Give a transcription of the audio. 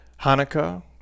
Hanukkah